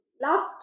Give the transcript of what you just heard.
last